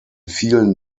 vielen